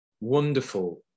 wonderful